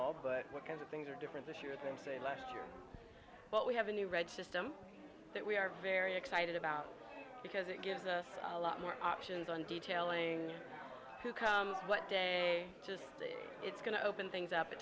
all but what kinds of things are different this year then say last year but we have a new red system that we are very excited about because it gives us a lot more options on detailing who comes what day just it's going to open things up it